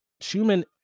Schumann